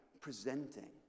presenting